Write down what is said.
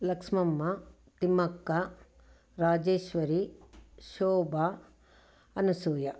Lakshmamma Thimmakka Rajeshwari Shobha Anusuya